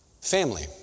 Family